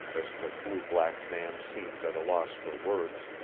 as the blue-black man seemed at a loss for words.